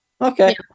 Okay